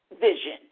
vision